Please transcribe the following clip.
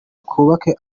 twubake